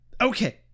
Okay